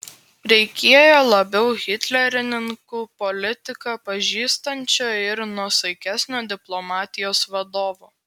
reikėjo labiau hitlerininkų politiką pažįstančio ir nuosaikesnio diplomatijos vadovo